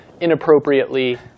inappropriately